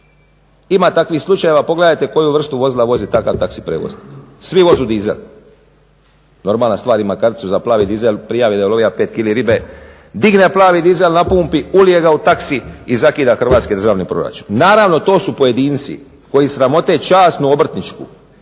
Ima takvih slučajeva. Pogledajte koju vrstu vozila vozi takav taxi prijevoznik. Svi vozu dizel. Normalna stvar, ima karticu za plavi dizel, prijavi da je ulovija 5 kili ribe, digne plavi dizel na pumpi, ulije ga u taxi i zakida hrvatski državni proračun. Naravno, to su pojedinci koji sramote časnu obrtničku